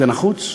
זה נחוץ?